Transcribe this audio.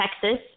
Texas